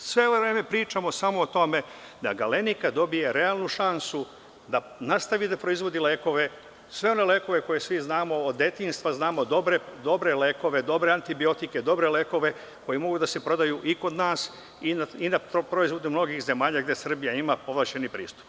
Sve ovo vreme pričamo samo o tome da „Galenika“ dobije realnu šansu, da nastavi da proizvodi lekove, sve one koje znamo od detinjstva, dobre lekove, dobre antibiotike, koji mogu da se prodaju kod nas i u drugim zemljama, gde Srbija ima ovlašćeni pristup.